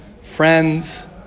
Friends